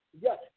Yes